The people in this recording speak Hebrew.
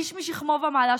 איש משכמו ומעלה,